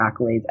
accolades